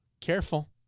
Careful